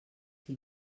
que